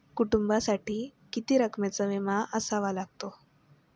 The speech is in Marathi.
कुटुंबासाठी किती रकमेचा विमा असावा लागतो?